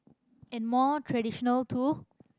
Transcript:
and more traditional too